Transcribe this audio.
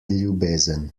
ljubezen